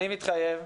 אני מתחייב,